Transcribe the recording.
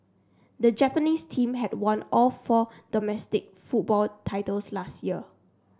the Japanese team had won all four domestic football titles last year